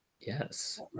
Yes